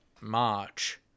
March